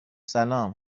سلام